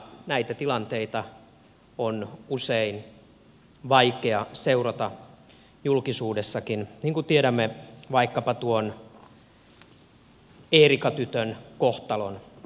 näitä tilanteita on usein vaikea seurata julkisuudessakin tiedämme vaikkapa tuon eerika tytön kohtalon